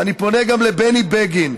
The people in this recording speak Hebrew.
ואני פונה גם לבני בגין,